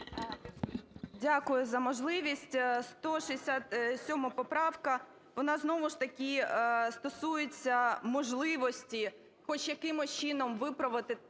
Дякую за можливість. 167 поправка вона знову ж таки стосується можливості хоч якимось чином виправити